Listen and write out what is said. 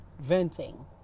venting